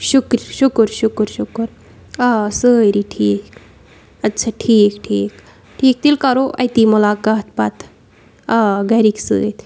شُکر شُکُر شُکُر شُکُر آ سٲری ٹھیٖک اَدٕ سا ٹھیٖک ٹھیٖک ٹھیٖک تیٚلہِ کَرو أتی مُلاقات پَتہٕ آ گَرِکۍ سۭتۍ